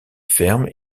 fermes